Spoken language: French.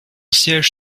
siège